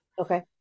okay